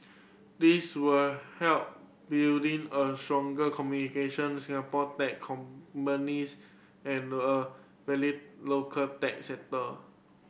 this will help building a stronger communication Singapore tech companies and a valley local tech sector